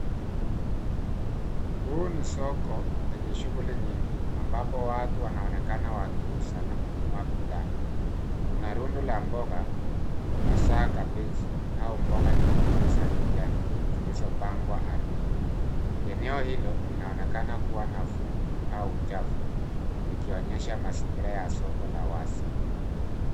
Huu ni soko lenye shughuli nyingi, ambapo watu wanaonekana wakiuza na kununua bidhaa. Kuna rundo la mboga, hasa kabechi au mboga nyingine za kijani zilizopangwa ardhini. Eneo hilo linaonekana kuwa na vumbi au uchafu, likionyesha mazingira ya soko la wazi.